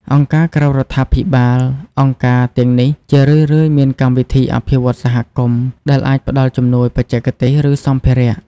អង្គការក្រៅរដ្ឋាភិបាល អង្គការទាំងនេះជារឿយៗមានកម្មវិធីអភិវឌ្ឍន៍សហគមន៍ ដែលអាចផ្តល់ជំនួយបច្ចេកទេស ឬសម្ភារៈ។